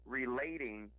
relating